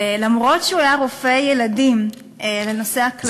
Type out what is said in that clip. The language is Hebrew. ולמרות שהוא היה רופא ילדים לנושא הכליות,